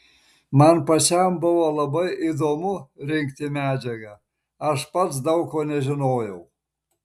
man pačiam buvo labai įdomu rinkti medžiagą aš pats daug ko nežinojau